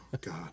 God